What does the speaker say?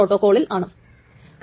അപ്പോൾ ഇത് ശരിയല്ല